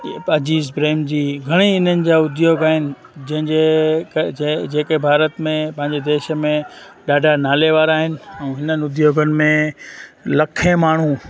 अजीज प्रेम जी घणेई इन्हनि जा उद्योग आहिनि जंहिंजे क ज जेके भारत में पंहिंजे देश में ॾाढा नाले वारा आहिनि ऐं हिननि उद्योगनि में लखें माण्हू